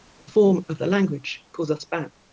the form of the language pulls us back